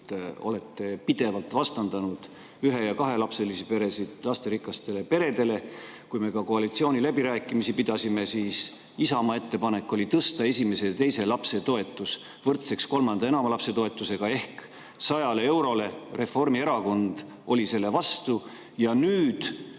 olete pidevalt vastandanud ühe- ja kahelapselisi peresid lasterikastele peredele. Kui me koalitsiooniläbirääkimisi pidasime, siis oli Isamaa ettepanek tõsta esimese ja teise lapse toetus võrdseks kolmanda ja enama lapse toetusega ehk 100 eurole. Reformierakond oli selle vastu. Nüüd,